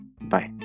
Bye